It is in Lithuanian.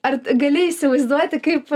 ar gali įsivaizduoti kaip